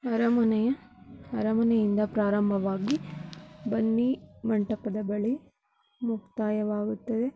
ಅರಮನೆಯ ಅರಮನೆಯಿಂದ ಪ್ರಾರಂಭವಾಗಿ ಬನ್ನೀ ಮಂಟಪದ ಬಳಿ ಮುಕ್ತಾಯವಾಗುತ್ತದೆ